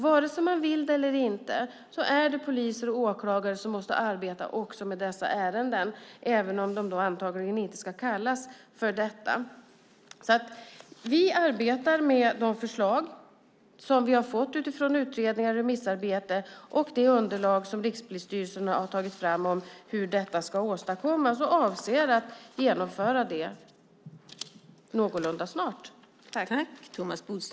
Vare sig man vill det eller inte är det poliser och åklagare som måste arbeta med dessa ärenden, även om de antagligen inte ska kallas för utredare. Vi arbetar med de förslag som vi har fått från utredningar och remissarbete och med det underlag som Rikspolisstyrelsen har tagit fram för hur detta ska åstadkommas, och jag avser att genomföra det någorlunda snart.